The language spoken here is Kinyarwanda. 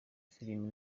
filime